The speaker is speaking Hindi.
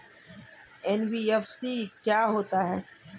एन.बी.एफ.सी क्या होता है?